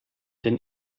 den